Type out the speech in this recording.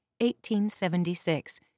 1876